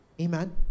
Amen